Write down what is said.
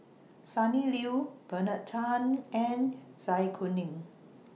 Sonny Liew Bernard Tan and Zai Kuning